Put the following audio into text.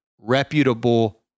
Reputable